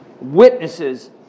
witnesses